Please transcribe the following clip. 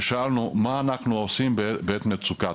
ושאלנו מה אנחנו עושים בעת מצוקה,